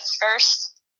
first